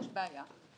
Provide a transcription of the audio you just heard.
יש בעיה,